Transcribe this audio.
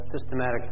systematic